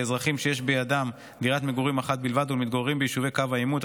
לאזרחים שיש בידם דירת מגורים אחת בלבד ולמתגוררים ביישובי קו העימות,